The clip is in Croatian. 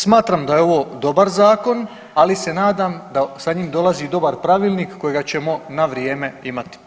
Smatram da je ovo dobar zakon, ali se nadam da sa njim dolazi i dobar pravilnik kojega ćemo na vrijeme imati.